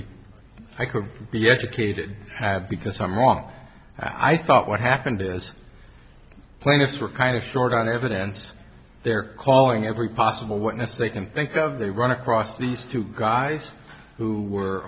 be i could be educated have because i'm wrong i thought what happened is plaintiffs were kind of short on evidence they're calling every possible witness they can think of they run across these two guys who were